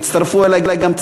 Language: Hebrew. והצטרפו אלי גם,